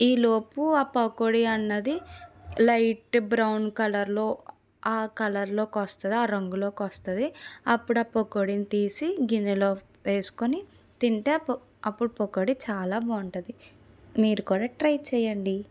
ఈలోపు ఆ పకోడీ అన్నది లైట్ బ్రౌన్ కలర్లో ఆ కలర్లోకి వస్తుంది ఆ రంగులోకి వస్తుంది అప్పుడు ఆ పకోడిని తీసి గిన్నెలో వేసుకుని తింటే అప్పు అప్పుడు పకోడి చాలా బాగుంటుంది మీరు కూడా ట్రై చెయ్యండి